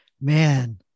Man